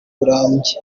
burambye